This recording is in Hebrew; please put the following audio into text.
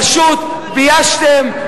פשוט ביישתם,